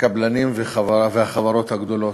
הקבלנים והחברות הגדולות.